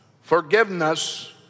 forgiveness